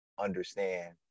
understand